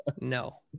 no